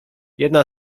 jedna